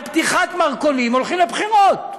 על פתיחת מרכולים, הולכים לבחירות,